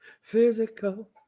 Physical